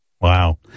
Wow